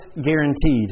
guaranteed